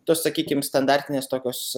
tos sakykim standartinės tokios